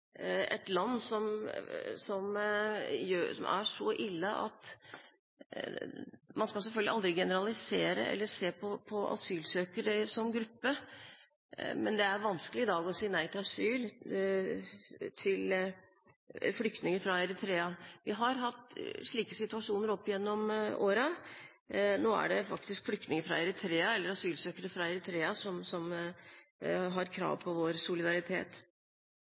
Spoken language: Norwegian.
er ille. Man skal selvfølgelig aldri generalisere eller se på asylsøkere som en gruppe, men det er i dag vanskelig å si nei til asyl til flyktninger fra Eritrea. Vi har hatt slike situasjoner opp gjennom årene. Nå er det asylsøkere fra Eritrea som har krav på vår solidaritet.